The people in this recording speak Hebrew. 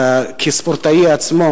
כספורטאי עצמו.